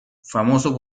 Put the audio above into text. famoso